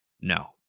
No